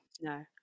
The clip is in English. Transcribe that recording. No